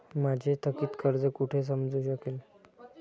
माझे थकीत कर्ज कुठे समजू शकेल?